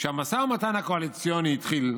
"כשהמשא ומתן הקואליציוני התחיל",